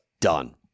done